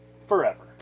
forever